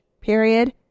period